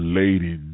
lady